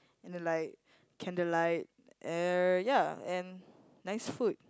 and then like candlelight uh ya and nice food